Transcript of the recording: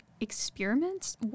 Experiments